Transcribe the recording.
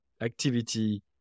activity